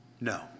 No